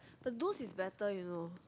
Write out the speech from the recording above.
the nose is better you know